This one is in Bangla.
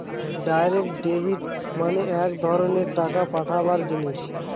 ডাইরেক্ট ডেবিট মানে এক ধরনের টাকা পাঠাবার জিনিস